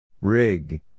Rig